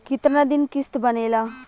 कितना दिन किस्त बनेला?